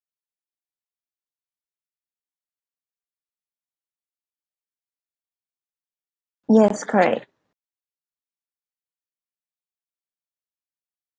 yes correct